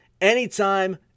anytime